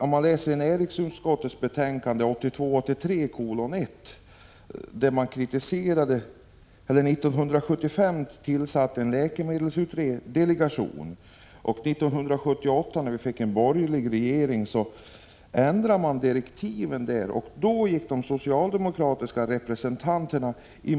Om man läser näringsutskottets betänkande 1982/83:1, framgår det att man 1975 tillsatte en läkemedelsindustridelegation. År 1978, när vi fick en borgerlig regering, ändrades direktiven, och då reserverade sig de socialdemokratiska representanterna.